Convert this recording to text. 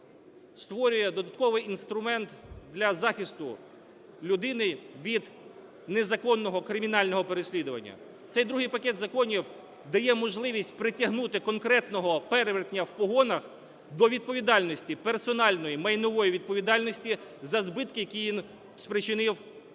створює додатковий інструмент для захисту людини від незаконного кримінального переслідування. Цей другий пакет законів дає можливість притягнути конкретного перевертня в погонах до відповідальності, персональної, майнової відповідальності, за збитки, які він спричинив